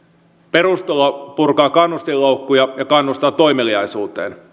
perustulo purkaa kannustinloukkuja ja kannustaa toimeliaisuuteen